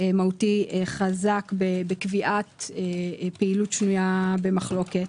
מהותי חזק בקביעת פעילות שנויה במחלוקת.